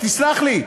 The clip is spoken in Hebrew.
תסלח לי,